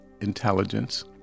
intelligence